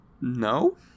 No